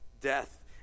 death